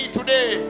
today